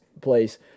place